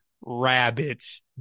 rabbits